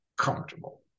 comfortable